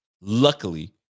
luckily